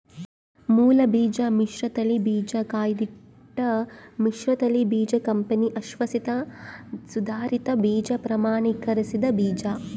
ಮೂಲಬೀಜ ಮಿಶ್ರತಳಿ ಬೀಜ ಕಾಯ್ದಿಟ್ಟ ಮಿಶ್ರತಳಿ ಬೀಜ ಕಂಪನಿ ಅಶ್ವಾಸಿತ ಸುಧಾರಿತ ಬೀಜ ಪ್ರಮಾಣೀಕರಿಸಿದ ಬೀಜ